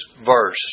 verse